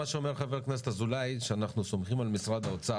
מה שאומר חבר הכנסת אזולאי הוא שאנחנו סומכים על משרד האוצר